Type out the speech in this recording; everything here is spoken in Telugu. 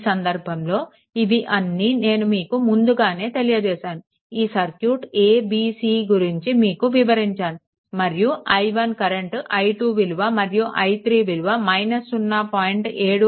ఈ సందర్భంలో ఇవి అన్నీ నేను మీకు ముందుగానే తెలియజేశాను ఈ సర్క్యూట్ a b c గురించి మీకు వివరించాను మరియు i1 సమీకరణం i2 విలువ మరియు i3 విలువ 0